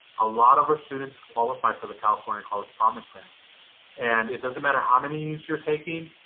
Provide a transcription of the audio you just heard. a lot of our students qualify for the california college promise grant and it doesn't matter how many use you're taking